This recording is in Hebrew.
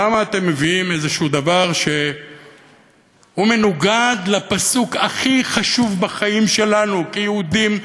למה אתם מביאים איזה דבר שמנוגד לפסוק הכי חשוב בחיים שלנו כיהודים,